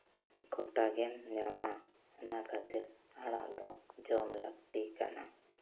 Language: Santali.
ᱜᱳᱴᱟ ᱜᱮᱢ ᱧᱟᱢᱟ ᱚᱱᱟ ᱠᱷᱟᱹᱛᱤᱨ ᱟᱲᱟᱜ ᱫᱚ ᱡᱚᱢ ᱞᱟᱹᱠᱛᱤ ᱠᱟᱱᱟ